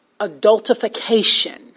adultification